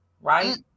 right